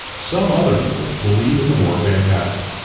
some other people believe in the more fantastic.